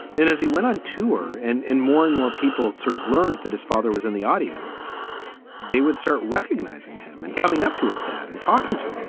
in as he went on tour. and more and more people sort of learned that his father was in the audience. they would start recognizing him and coming up to his dad and talking to